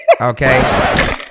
Okay